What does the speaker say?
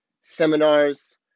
seminars